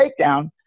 takedown